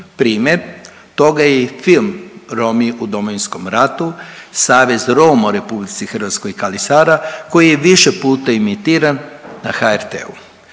Primjer toga je i film Romi u Domovinskom ratu, Savez Roma u RH Kali Sara koji je više puta imitiran na HRT-u.